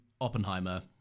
oppenheimer